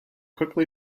quickly